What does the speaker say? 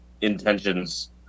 intentions